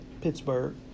Pittsburgh